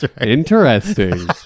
Interesting